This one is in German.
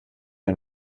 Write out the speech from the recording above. ein